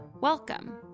welcome